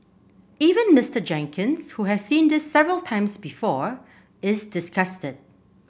even Mister Jenkins who has seen this several times before is disgusted